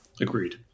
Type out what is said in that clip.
Agreed